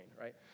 right